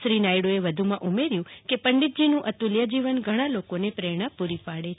શ્રી નાયડુએ વધુમાં ઉમેર્યું કે પંડિતજીનું અતુલ્ય જીવન ઘણા લોકોને પ્રેરણા પૂરી પાડે છે